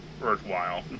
worthwhile